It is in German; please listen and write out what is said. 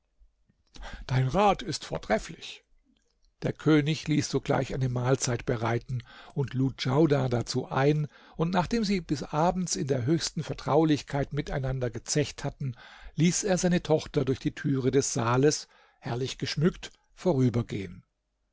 dein rat ist vortrefflich der könig ließ sogleich eine mahlzeit bereiten und lud djaudar dazu ein und nachdem sie bis abends in der höchsten vertraulichkeit miteinander gezecht hatten ließ er seine tochter durch die türe des saales herrlich geschmückt vorübergehen